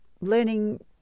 learning